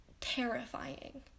terrifying